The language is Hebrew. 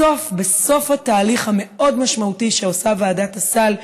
בסוף, בסוף התהליך המאוד-משמעותי שעושה ועדת הסל,